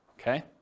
okay